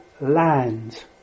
land